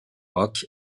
roch